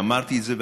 ואמרתי את זה,